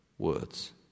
words